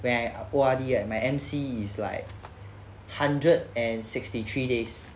when I O_R_D right my M_C is like hundred and sixty three days